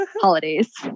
holidays